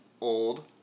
Old